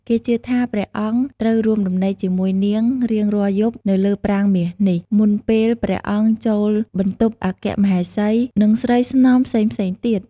គេជឿថា ព្រះអង្គត្រូវរួមដំណេកជាមួយនាងរៀងរាល់យប់នៅលើប្រាង្គមាសនេះ មុនពេលព្រះអង្គចូលបន្ទប់អគ្គមហេសី និងស្រីស្នំផ្សេងៗទៀត។